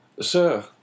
Sir